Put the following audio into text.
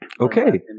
Okay